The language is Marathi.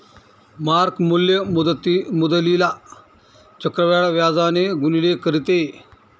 मार्क मूल्य मुद्दलीला चक्रवाढ व्याजाने गुणिले करते